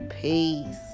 Peace